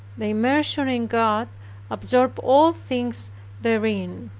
this immersion in god absorbed all things therein.